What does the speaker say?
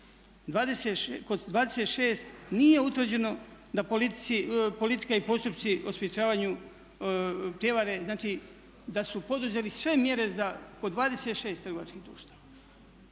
kod 26 nije utvrđeno da politika i postupci o sprječavanju prijevare, znači da su poduzeli sve mjere kod 26 trgovačkih društava.